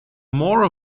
more